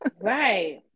Right